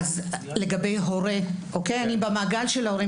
לגבי הורה אני במעגל של ההורים.